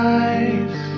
eyes